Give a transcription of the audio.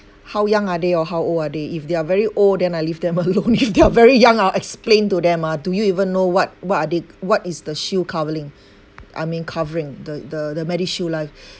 how young are they or how old are they if they are very old then I leave them alone if they are very young I will explain to them to ah do you even know what what are they what is the shield covering I mean covering the the the medishield life